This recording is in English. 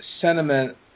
sentiment